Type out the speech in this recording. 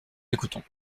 écoutons